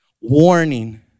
warning